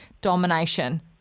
domination